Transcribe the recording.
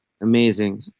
Amazing